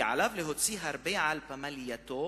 כי עליו להוציא הרבה על פמלייתו,